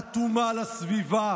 אטומה לסביבה,